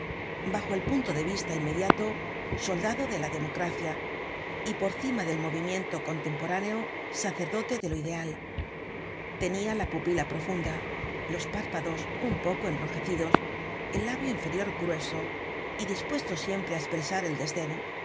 bajo el punto de vista inmediato soldado de la democracia y por cima del movimiento contemporáneo sacerdote de lo ideal tenia la pupila profunda los párpados un poco enrojecidos el labio inferior grueso y dispuesto siempre á espresar el desden